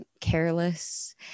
careless